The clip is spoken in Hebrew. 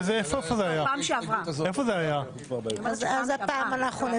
מה זה פעם שעברה?